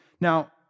Now